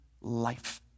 life